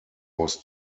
was